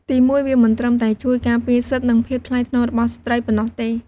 ទីមួយ វាមិនត្រឹមតែជួយ ការពារសិទ្ធិ និងភាពថ្លៃថ្នូររបស់ស្ត្រីប៉ុណ្ណោះទេ។